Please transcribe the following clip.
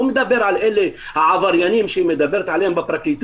אני לא מדבר על העבריינים שהיא מדברת עליהם בפרקליטות,